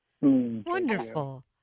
Wonderful